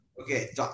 Okay